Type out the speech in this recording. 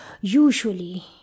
usually